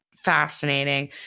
Fascinating